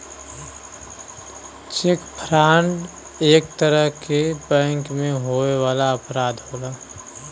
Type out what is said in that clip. check fraud एक तरे क बैंक में होए वाला अपराध होला